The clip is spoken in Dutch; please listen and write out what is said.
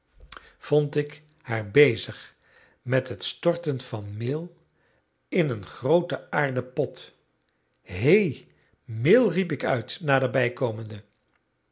vond ik haar bezig met het storten van meel in een grooten aarden pot hé meel riep ik uit naderbij komende